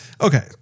Okay